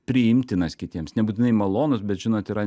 priimtinas kitiems nebūtinai malonus bet žinot yra